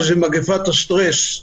וזאת מגפת הסטרס.